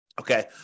Okay